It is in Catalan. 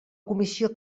comissió